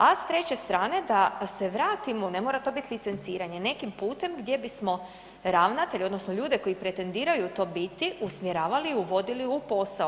A s treće strane da se vratimo, ne mora to biti licenciranje, nekim putem gdje bismo ravnatelje odnosno ljude koji pretendiraju to biti usmjeravali, uvodili u posao.